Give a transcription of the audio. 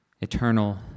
Eternal